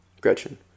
Gretchen